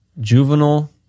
juvenile